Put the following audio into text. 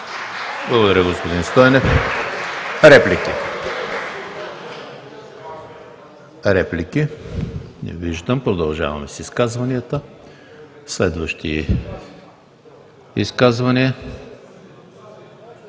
Благодаря, господин Стойнев. Реплики? Не виждам. Продължаваме с изказванията. Следващи изказвания?